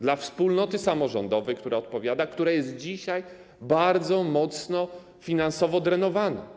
Dla wspólnoty samorządowej, która odpowiada, która jest dzisiaj bardzo mocno finansowo drenowana.